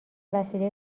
وسیله